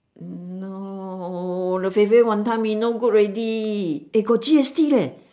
no the fei-fei wanton-mee not good already eh got G_S_T leh